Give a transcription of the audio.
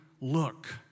look